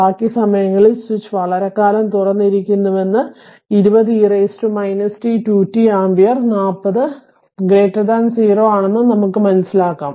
ബാക്കി സമയങ്ങളിൽ സ്വിച്ച് വളരെക്കാലം തുറന്നിരുന്നുവെന്നും 20 e t 2t ആമ്പിയർ 40 0 ആണെന്നും നമുക്ക് മനസിലാക്കാം